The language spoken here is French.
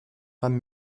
femme